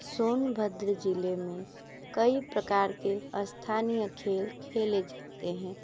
शोनभद्र ज़ईले में कई प्रकार के स्थानीय खेल खेले जाते हैं